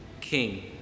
king